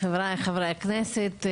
חבריי חברי הכנסת,